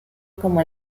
como